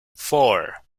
four